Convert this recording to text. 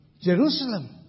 Jerusalem